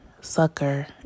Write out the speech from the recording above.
sucker